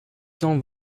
cent